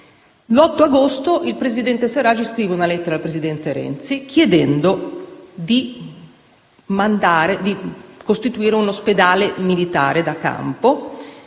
L'8 agosto il presidente al-Sarraj ha scritto una lettera al presidente Renzi chiedendo di costituire un ospedale militare da campo.